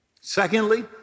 Secondly